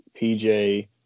PJ